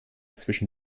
zwischen